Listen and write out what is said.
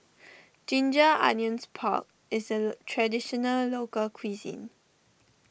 Ginger Onions Pork is a Traditional Local Cuisine